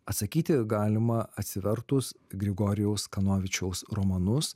atsakyti galima atsivertus grigorijaus kanovičiaus romanus